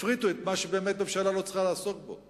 תפריטו את מה שהממשלה באמת לא צריכה לעסוק בו,